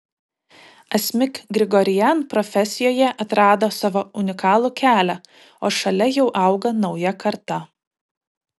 asmik grigorian profesijoje atrado savo unikalų kelią o šalia jau auga nauja karta